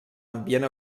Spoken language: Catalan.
ambient